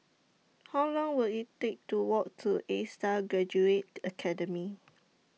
How Long Will IT Take to Walk to A STAR Graduate Academy